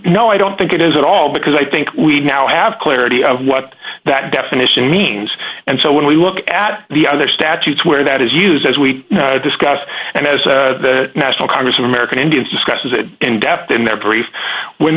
no i don't think it is at all because i think we now have clarity of what that definition means and so when we look at the other statutes where that is used as we discussed and as the national congress of american indian stresses it in depth in their briefs when